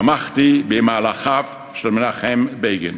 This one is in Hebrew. תמכתי במהלכיו של מנחם בגין